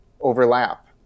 overlap